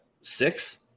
six